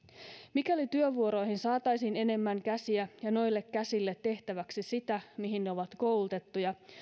mikäli työvuoroihin saataisiin enemmän käsiä ja noille käsille tehtäväksi sitä mihin ne ovat koulutettuja